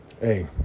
hey